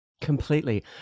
Completely